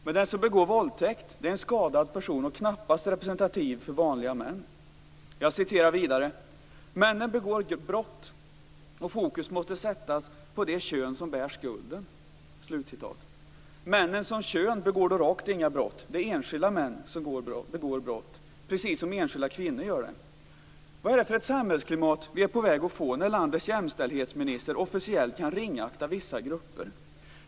Men den som begår våldtäkt är en skadad person och knappast representativ för vanliga män. Margareta Winberg säger vidare: "Männen begår brott och fokus måste sättas på det kön som bär skulden." Männen som kön begår då rakt inga brott. Det är enskilda män som begår brott, precis som enskilda kvinnor gör det. Vilket samhällsklimat är vi på väg att få när landets jämställdhetsminister officiellt kan ringakta vissa grupper?